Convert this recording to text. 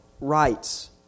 rights